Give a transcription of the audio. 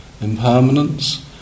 impermanence